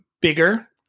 bigger